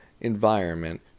environment